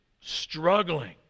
struggling